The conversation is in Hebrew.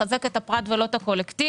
לחזק את הפרט ולא את הקולקטיב.